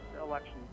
election